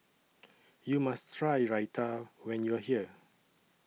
YOU must Try Raita when YOU Are here